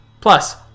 Plus